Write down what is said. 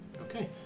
Okay